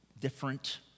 different